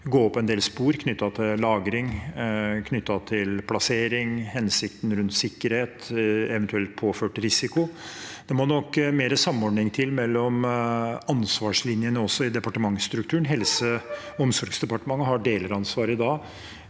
gå opp en del spor knyttet til lagring, plassering, hensikten for sikkerhet, eventuell påført risiko. Det må nok mer samordning til mellom ansvarslinjene, også i departementsstrukturen. Helse- og omsorgsdepartementet har delansvar i dag,